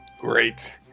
Great